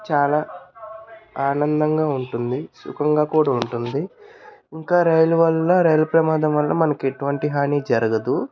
చాలా ఆనందంగా ఉంటుంది సుఖంగా కూడా ఉంటుంది ఇంకా రైలు వల్ల రైలు ప్రమాదం వల్ల మనకి ఎటువంటి హాని జరగదు